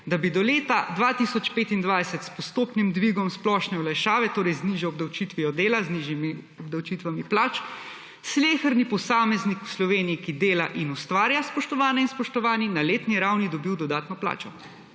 da bi do leta 2025 s postopnim dvigom splošne olajšave, torej z nižjo obdavčitvijo dela, z nižjimi obdavčitvami plač sleherni posameznik v Sloveniji, ki dela in ustvarja, spoštovane in spoštovani, na letni ravni dobil dodatno plačo.